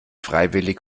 freiwillig